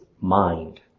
mind